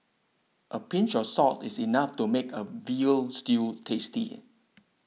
a pinch of salt is enough to make a Veal Stew tasty